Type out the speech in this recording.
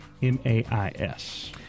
mais